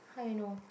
how you know